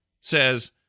says